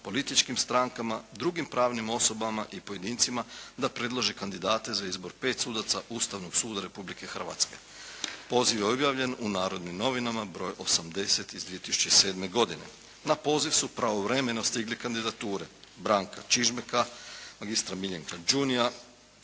političkim strankama, drugim pravnim osobama i pojedincima da predlože kandidate za izbor pet sudaca Ustavnog suda Republike Hrvatske. Poziv je objavljen u "Narodnim novinama", broj 80 iz 2007. godine. Na poziv su pravovremeno stigle kandidature: Branka Čižmeka, magistra Miljenka Čunija,